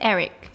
Eric